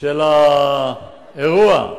של האירוע,